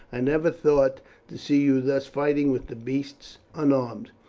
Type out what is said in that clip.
i never thought to see you thus fighting with the beasts unarmed.